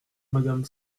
madame